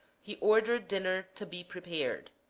he ordered dinner to be prepared.